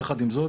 יחד עם זאת,